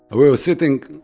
but were were sitting,